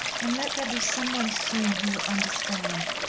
and let there be some one soon who will understand.